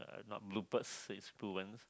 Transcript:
have not says